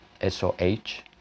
S-O-H